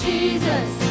Jesus